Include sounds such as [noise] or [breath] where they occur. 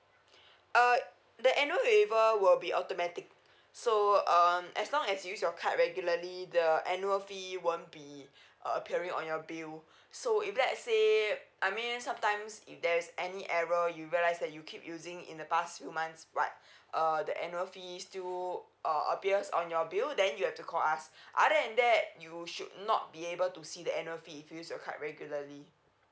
[breath] uh the annual waiver will be automatic so um as long as use your card regularly the annual fee won't be uh appearing on your bill so if let's say I mean sometimes if there's any ever you realise that you keep using in the past few months but uh the annual fee still uh appears on your bill then you have to call us other than that you should not be able to see the annual fee if you use your card regularly